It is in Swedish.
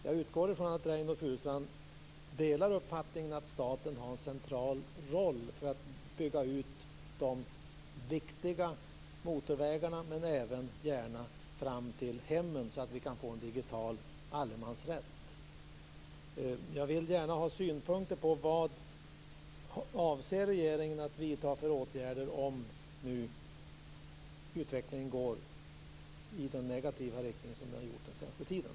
Jag utgår från att Reynoldh Furustrand delar uppfattningen att staten har en central roll för att bygga ut de viktiga motorvägarna men gärna även vägarna fram till hemmen så att vi kan få en digital allemansrätt. Jag vill gärna ha synpunkter. Vad avser regeringen att vidta för åtgärder om nu utvecklingen går i den negativa riktning som den har gjort den senaste tiden?